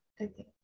Okay